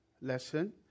lesson